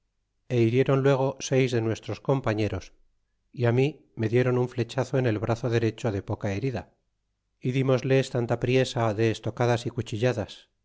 é hirieron luego seis de nuestros compañeros y á mí me dieron un flechazo en el brazo derecho de poca herida y dimosles tanta priesa de estocadas y cuchilladas